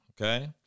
okay